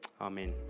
Amen